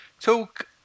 Talk